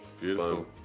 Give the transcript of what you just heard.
Beautiful